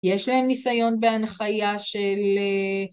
יש להם ניסיון בהנחיה של